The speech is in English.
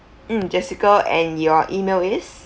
mm jessica and your email is